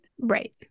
right